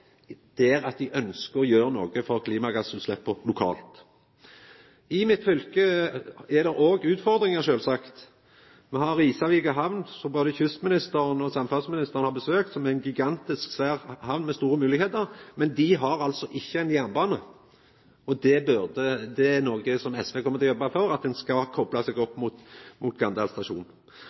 der at dei ønskjer å gjera noko for klimagassutsleppa lokalt. I mitt fylke er det òg utfordringar sjølvsagt. Me har Risavika hamn, som både kystministeren og samferdselsministeren har besøkt, og som er ei gigantisk, svær hamn med store moglegheiter, men dei har altså ikkje ein jernbane. Det er noko som SV kjem til å jobba for – at ein skal kopla seg opp mot